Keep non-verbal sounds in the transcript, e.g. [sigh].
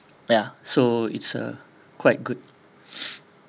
ya so it's quite uh good [breath]